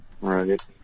Right